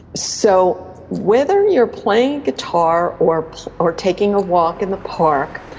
so whether you're playing guitar or or taking a walk in the park.